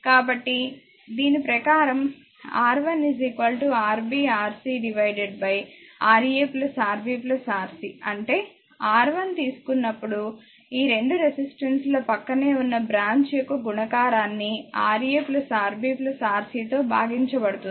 కాబట్టి దీని ప్రకారం R1 Rb Rc Ra Rb Rc అంటే R1 తీసుకున్నప్పుడు ఈ 2 రెసిస్టెన్స్ ల ప్రక్కనే ఉన్న బ్రాంచ్ యొక్క గుణకారాన్ని Ra Rb Rc తో భాగించబడుతుంది